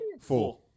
Four